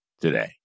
today